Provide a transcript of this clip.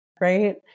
Right